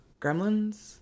gremlins